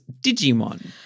Digimon